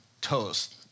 toast